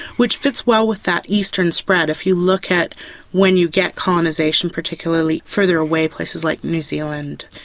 which fits well with that eastern spread. if you look at when you get colonisation, particularly further away places like new zealand,